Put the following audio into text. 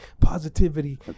positivity